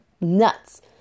nuts